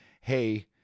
Hey